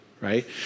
Right